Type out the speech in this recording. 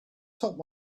top